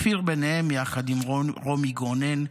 כפיר ביניהם, יחד עם רומי גונן,